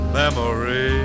memory